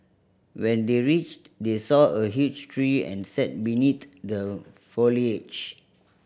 when they reached they saw a huge tree and sat beneath the foliage